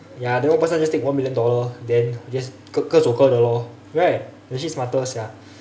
ya then one person just take one million dollar then just 各走各的 lor right that's actually smarter sia